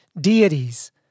deities